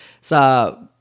sa